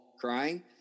crying